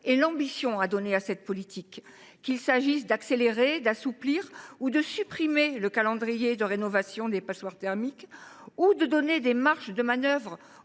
sur l’ambition à donner à cette politique. Qu’il s’agisse d’accélérer, d’assouplir ou de supprimer le calendrier de rénovation des passoires thermiques, voire de donner des marges de manœuvre